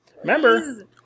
Remember